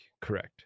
Correct